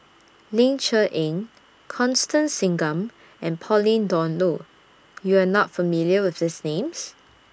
Ling Cher Eng Constance Singam and Pauline Dawn Loh YOU Are not familiar with These Names